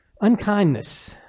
Unkindness